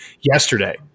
yesterday